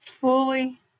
fully